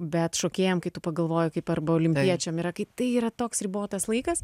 bet šokėjam kai tu pagalvoji kaip arba olimpiečiam yra kaip tai yra toks ribotas laikas